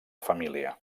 família